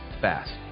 fast